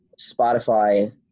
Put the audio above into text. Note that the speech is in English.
Spotify